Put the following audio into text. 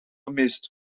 gemist